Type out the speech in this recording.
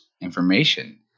information